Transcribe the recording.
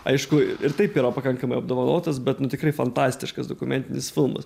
aišku ir taip yra pakankamai apdovanotas bet nu tikrai fantastiškas dokumentinis filmas